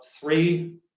three